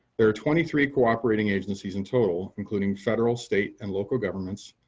there are twenty three cooperating agencies in total, including federal, state, and local governments,